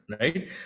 right